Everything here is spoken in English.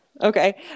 Okay